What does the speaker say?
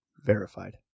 Verified